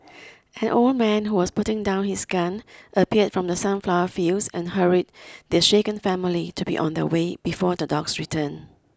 an old man who was putting down his gun appeared from the sunflower fields and hurried the shaken family to be on their way before the dogs return